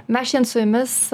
mes šiandien su jumis